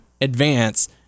advance